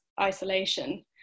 isolation